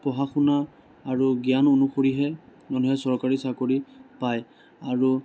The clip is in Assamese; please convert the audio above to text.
পঢ়া শুনা আৰু জ্ঞান অনুসৰিহে মানুহে চৰকাৰী চাকৰি পায় আৰু